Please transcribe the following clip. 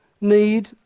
need